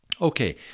Okay